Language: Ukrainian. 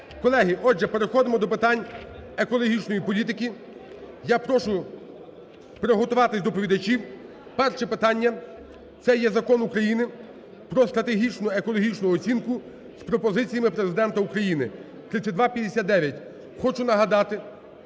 Колеги, отже, переходимо до питань екологічної політики. Я прошу приготуватись доповідачів. Перше питання це є Закон України "Про стратегічну екологічну оцінку" з пропозиціями Президента України (3259). Хочу нагадати,